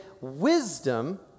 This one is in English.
wisdom